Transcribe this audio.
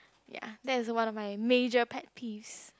ya that is one of my major pet peeves